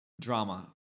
drama